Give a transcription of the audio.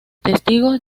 testigos